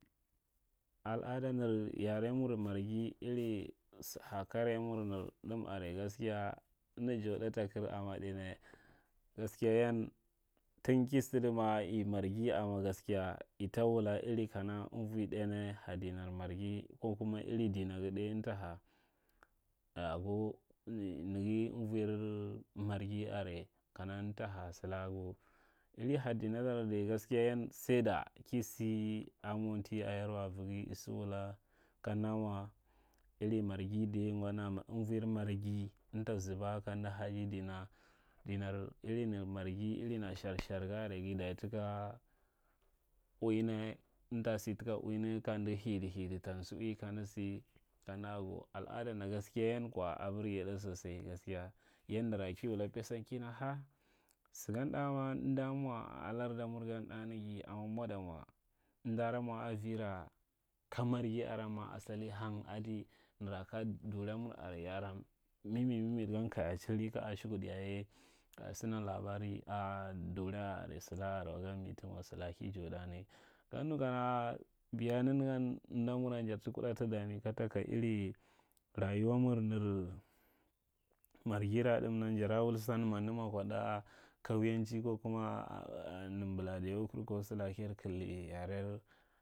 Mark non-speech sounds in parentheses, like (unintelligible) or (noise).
Al`ada nir yare mur margha iri sar ha kareyamar mir dan are, gaskiya amda jan ɗa takir amma ɗai nya gaskiya yan tung ki sado ma i marghi amma gaskiya ata wuta anuui ɗai nya ha dinar marghi ko kuma iri dina ga ga ɗai amda ha, ago ni, naga unuwarmarghi are kana amta ha salaka ke. Iri har danadar ga gaskiya yan sai da ka sa a mwnti a yarwa aviga aso wula kamda mwa iri marghi day ngwana amvui marghi amda zuba kamda haji din, dinar iri nir marghi, nara shar shar ga are ga daci taka uwina, amta sa taka uwina kamda sa kana ago. (unintelligible) al’ada nda gaskiya yan kwa a birge ɗa sosai gaskiya. Yandara ki wula kina ha! Sagan dama amda mwa a lardamur gan ɗa naga, amma mwada mwa amda da mwa a aviva ka marghi aran ma asali hang adaɗ nara ka duramur are, ya a ra mimid mimid gan ka ya ciri ka ashukud yaye kaya a sa nan labara a dura a are, sulai sula are wa gan mita mwa. Ki jan ɗa naga. Kamda nu kana biya nanagan amdamuran jar ta kuɗa damikata ka iri rayuwa mur nir marghi ra dam dan. Jara wul san mada mwa kwa ɗa kauyanchi ko kuma (hesitation) nam baladawu kur ko sulaka kayar kaida yarer.